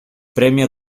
premio